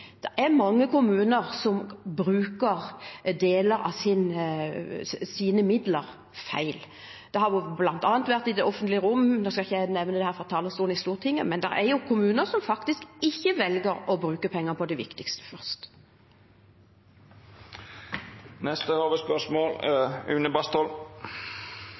er mange kommuner som bruker deler av sine midler feil. Det har bl.a. vært i det offentlige rom – nå skal jeg ikke nevne dette fra talerstolen i Stortinget, men det er jo kommuner som faktisk ikke velger å bruke penger på det viktigste først. Me går vidare til neste